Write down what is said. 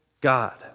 God